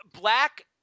Black